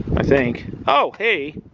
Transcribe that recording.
i think oh hey